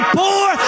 poor